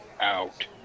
out